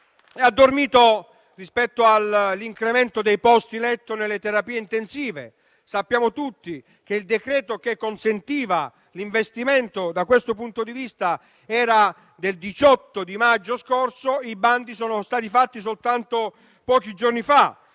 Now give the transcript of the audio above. Ha dormito rispetto all'incremento dei posti letto nelle terapie intensive. Sappiamo tutti che il decreto-legge che consentiva l'investimento da questo punto di vista era del 18 maggio scorso, mentre i bandi sono stati fatti soltanto pochi giorni fa.